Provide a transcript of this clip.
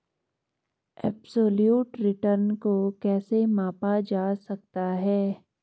Absolute return को कैसे मापा जा सकता है?